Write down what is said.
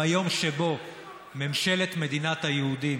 ביום שבו ממשלת מדינת היהודים